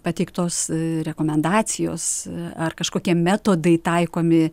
pateiktos rekomendacijos ar kažkokie metodai taikomi